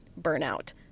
burnout